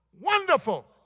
Wonderful